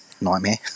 nightmare